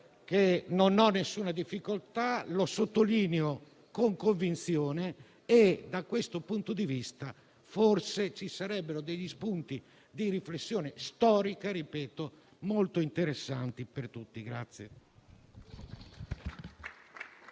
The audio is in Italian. non ho alcuna difficoltà - lo sottolineo con convinzione - e da questo punto di vista forse ci sarebbero spunti di riflessione storica molto interessanti per tutti.